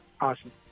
awesome